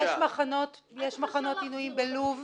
יש מחנות עינויים בלוב --- נכון.